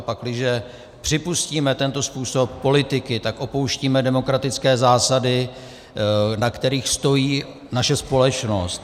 Pakliže připustíme tento způsob politiky, tak opouštíme demokratické zásady, na kterých stojí naše společnost.